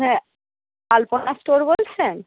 হ্যাঁ আলপনা স্টোর বলছেন